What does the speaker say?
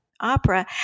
opera